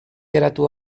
geratu